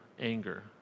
anger